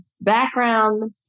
background